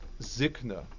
zikna